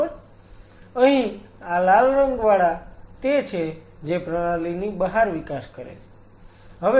બરાબર અહી આ લાલ રંગ વાળા તે છે જે પ્રણાલીની બહાર વિકાસ કરે છે